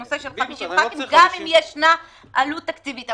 הנושא של 50 חברי כנסת גם אם ישנה עלות תקציבית.